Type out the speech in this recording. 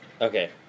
Okay